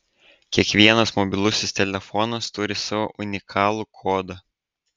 kiekvienas mobilusis telefonas turi savo unikalų kodą